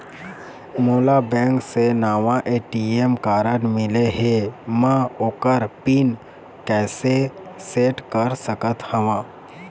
मोला बैंक से नावा ए.टी.एम कारड मिले हे, म ओकर पिन कैसे सेट कर सकत हव?